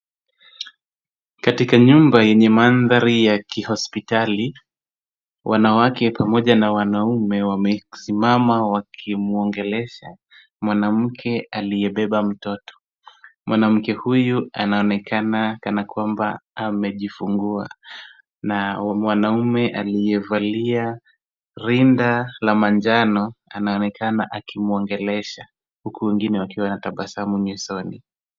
Katika nyumba yenye mandhari ya kihospitali, wanawake pamoja na wanaume wamesimama wakimwongelesha mwanamke aliyebeba mtoto. Mwanamke huyu anaonekana kana kwamba amejifungua na mwanamume aliyevalia rinda la manjano anaonekana akimwongelesha, huku wengine wakiwa wanatabasamu nyusoni.